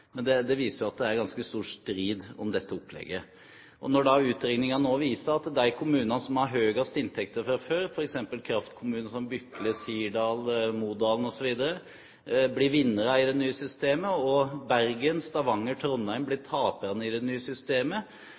Men det viser jo at det er ganske stor strid om dette opplegget. Når utregningene viser at de kommunene som har høyest inntekter fra før, f.eks. kraftkommuner som Bykle, Sirdal, Modalen osv., blir vinnere i det nye systemet, og Bergen, Stavanger og Trondheim blir tapere i det nye systemet,